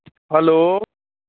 hello